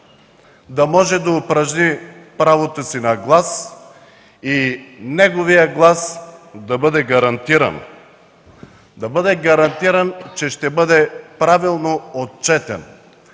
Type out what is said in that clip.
да може да упражни правото си на глас и неговият глас да бъде гарантиран. Да бъде гарантирано, че ще бъде правилно отчетен